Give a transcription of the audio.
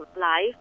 life